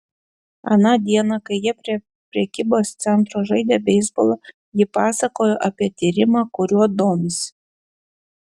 aną dieną kai jie prie prekybos centro žaidė beisbolą ji pasakojo apie tyrimą kuriuo domisi